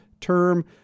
term